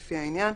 לפי העניין,